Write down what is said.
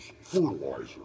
fertilizer